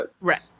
Right